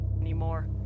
anymore